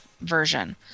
version